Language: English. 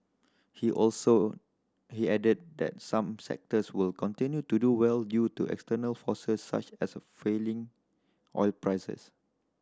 he also he added that some sectors will continue to do well due to external forces such as a feeling oil prices